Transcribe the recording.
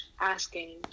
asking